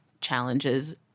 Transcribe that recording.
challenges